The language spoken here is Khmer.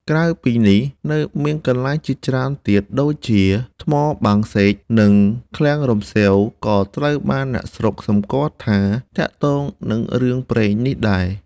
ក្រៅពីនេះ នៅមានកន្លែងជាច្រើនទៀតដូចជា ថ្មបាំងសេក និង ឃ្លាំងរំសេវ ក៏ត្រូវបានអ្នកស្រុកសម្គាល់ថាទាក់ទងនឹងរឿងព្រេងនេះដែរ។